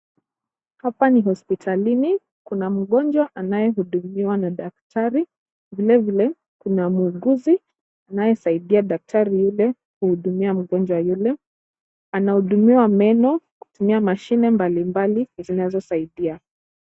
Hapa ni hospitalini. Kuna mgonjwa anayehudumiwa na daktari. Vilevile, kuna muuguzi anayesaidia daktari yule kuhudumia mgonjwa yule. Anahudumiwa meno kutumia mashine mbalimbali zinazosaidia.